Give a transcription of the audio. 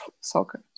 soccer